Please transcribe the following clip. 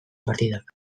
partidak